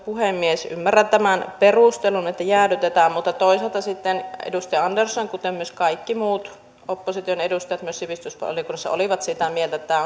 puhemies ymmärrän tämän perustelun että jäädytetään mutta toisaalta sitten edustaja andersson kuten myös kaikki muut opposition edustajat myös sivistysvaliokunnassa olivat sitä mieltä että tämä